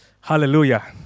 Hallelujah